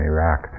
Iraq